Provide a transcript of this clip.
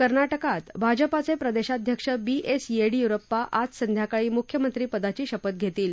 कर्नाटकात भाजपाचे प्रदेशाध्यक्ष बीएस येडियुरप्पा आज संध्याकाळी मुख्यमंत्री पदाची शपथ घेतील